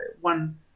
one